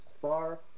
far